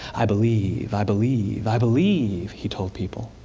i believe, i believe, i believe, he told people.